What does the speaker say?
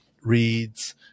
reads